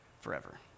forever